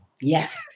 Yes